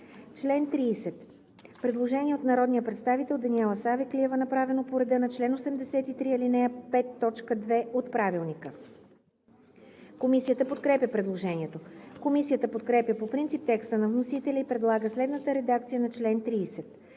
чл. 30 има предложение на народния представител Даниела Савеклиева, направено по реда на чл. 83, ал. 5, т. 2 от Правилника. Комисията подкрепя предложението. Комисията подкрепя по принцип текста на вносителя и предлага следната редакция на чл. 30: